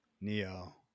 neo